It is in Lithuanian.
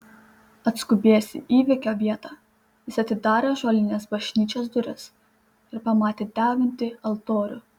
atskubėjęs į įvykio vietą jis atidarė ąžuolines bažnyčios duris ir pamatė degantį altorių